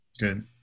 Good